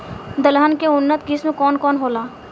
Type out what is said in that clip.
दलहन के उन्नत किस्म कौन कौनहोला?